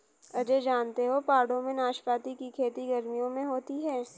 अजय जानते हो पहाड़ों में नाशपाती की खेती गर्मियों में होती है